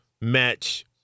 match